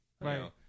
Right